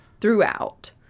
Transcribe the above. throughout